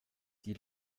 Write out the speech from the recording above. die